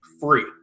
free